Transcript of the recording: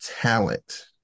talent